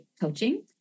coaching